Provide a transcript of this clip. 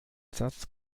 satz